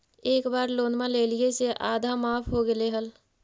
एक बार लोनवा लेलियै से आधा माफ हो गेले हल?